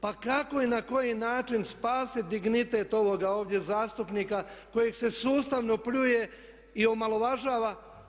Pa kako i na koji način spasiti dignitet ovoga ovdje zastupnika kojeg se sustavno pljuje i omalovažava?